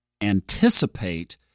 anticipate